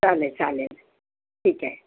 चालेल चालेल ठीक आहे